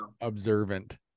observant